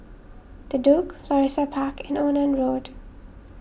the Duke Florissa Park and Onan Road